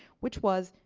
which was,